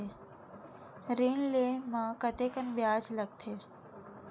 ऋण ले म कतेकन ब्याज लगथे?